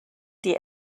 die